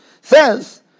says